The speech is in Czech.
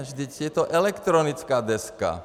Vždyť je to elektronická deska.